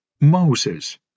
Moses